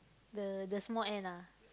the the small end ah